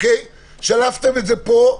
שלפתם את זה פה,